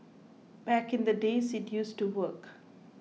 back in the days it used to work